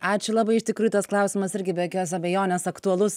ačiū labai iš tikrųjų tas klausimas irgi be jokios abejonės aktualus